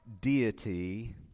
deity